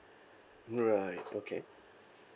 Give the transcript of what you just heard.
right okay